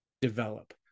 develop